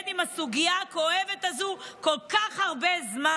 עם הסוגיה הכואבת הזו כל כך הרבה זמן.